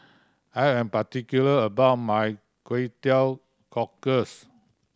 I am particular about my Kway Teow Cockles